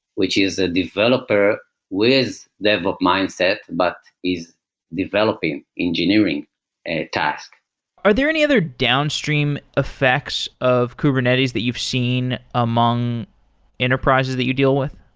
which is a developer with devop mindset, but is developing engineering task are there any other downstream effects of kubernetes that you've seen among enterprises that you deal with?